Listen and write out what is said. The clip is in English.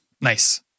nice